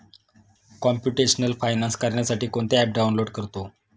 computational finance करण्यासाठी कोणते app download करतो